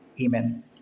amen